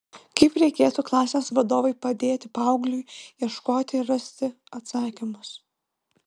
kaip reikėtų klasės vadovui padėti paaugliui ieškoti ir rasti atsakymus